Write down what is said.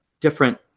different